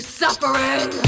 suffering